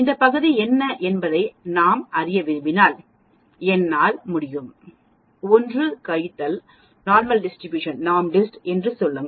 இந்த பகுதி என்ன என்பதை நாம் அறிய விரும்பினால் என்னால் முடியும் 1 கழித்தல் NORMSDIST என்று சொல்லுங்கள்